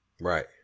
right